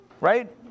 right